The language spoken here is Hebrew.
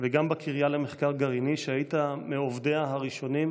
וגם בקריה למחקר גרעיני, שהיית מעובדיה הראשונים,